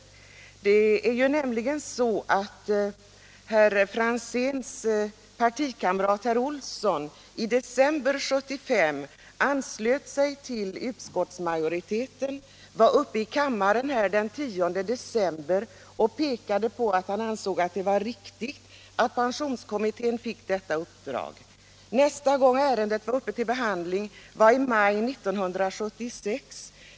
I december 1975 anslöt sig herr Franzéns partikamrat herr Olsson i Stockholm till utskottsmajoriteten och i kammardebatten den 10 december påpekade han att han ansåg det riktigt att pensionskommittén fick detta uppdrag. Nästa gång ärendet var uppe till behandling var i maj 1976.